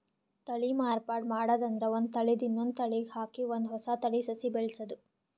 ತಳಿ ಮಾರ್ಪಾಡ್ ಮಾಡದ್ ಅಂದ್ರ ಒಂದ್ ತಳಿದ್ ಇನ್ನೊಂದ್ ತಳಿಗ್ ಹಾಕಿ ಒಂದ್ ಹೊಸ ತಳಿ ಸಸಿ ಬೆಳಸದು